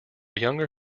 younger